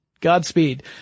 godspeed